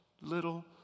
little